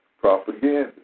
propaganda